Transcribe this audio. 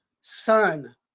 son